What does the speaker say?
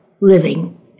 living